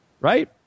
Right